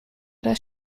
das